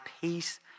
peace